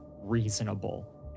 reasonable